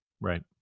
Right